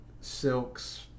silks